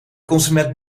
consument